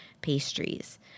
pastries